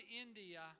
India